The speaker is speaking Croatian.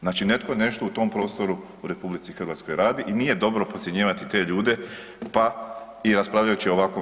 Znači netko nešto u tom prostoru u RH radi i nije dobro podcjenjivati te ljude pa i raspravljajući o ovakvim zakonu.